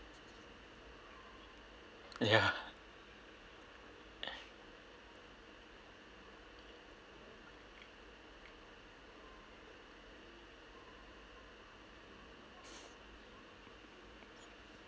ya